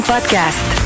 Podcast